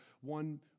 one